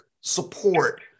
support